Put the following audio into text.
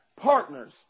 partners